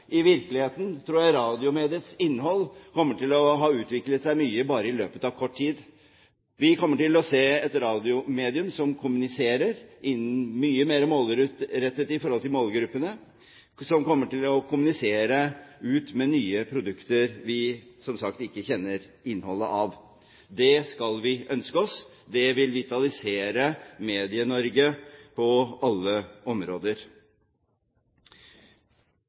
I virkeligheten tror jeg radiomediets innhold kommer til å utvikle seg mye bare i løpet av kort tid. Vi kommer til å se et radiomedium som kommuniserer mye mer målrettet i forhold til målgruppene, og som kommer til å kommunisere ut med nye produkter som vi, som sagt, ikke kjenner innholdet av. Det skal vi ønske oss. Det vil vitalisere Medie-Norge på alle områder.